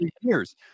years